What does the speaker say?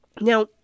Now